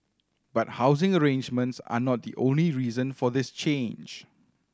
but housing arrangements are not the only reason for this change